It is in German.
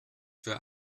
für